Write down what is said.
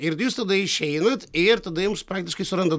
ir jūs tada išeinat ir tada jums praktiškai suranda